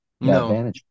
No